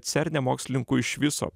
cerne mokslininkų iš viso